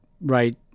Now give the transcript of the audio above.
right